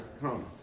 come